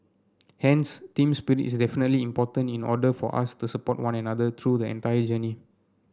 hence team spirit is definitely important in order for us to support one another through the entire journey